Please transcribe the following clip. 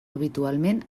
habitualment